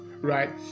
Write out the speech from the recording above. right